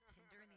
Tinder